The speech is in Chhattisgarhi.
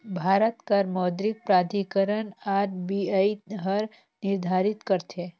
भारत कर मौद्रिक प्राधिकरन आर.बी.आई हर निरधारित करथे